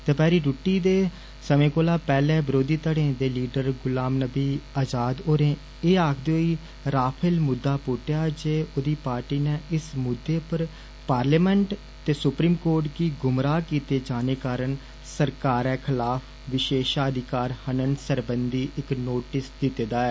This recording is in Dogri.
दपैहरी रुट्टी दे समें कोला पैहले विरोधी धड़े दे लीडर गुलाम नवी आजाद होरें एह् आक्खदे होई राफैल मुद्दा पुट्टेआ जे उन्दी पार्टी नै इस मुद्दे पर पार्लियामेन्ट ते सुप्रीम कोर्ट गी गुमराह कीते जाने कारण सरकारै खलाफ विषेशाधिकार हनन सरबंधी इक नोटिस दिते दा ऐ